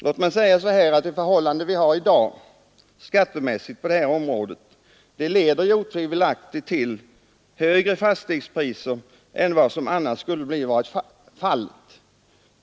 Det skattemässiga förhållande som i dag råder på detta område leder otvivelaktigt till att fastighetspriserna blir högre än som annars skulle varit fallet.